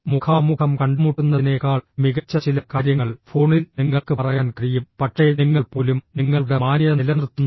മുഖാമുഖം കണ്ടുമുട്ടുന്നതിനേക്കാൾ മികച്ച ചില കാര്യങ്ങൾ ഫോണിൽ നിങ്ങൾക്ക് പറയാൻ കഴിയും പക്ഷേ നിങ്ങൾ പോലും നിങ്ങളുടെ മാന്യത നിലനിർത്തുന്നു